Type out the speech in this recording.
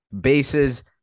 bases